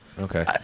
Okay